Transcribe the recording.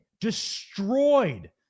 destroyed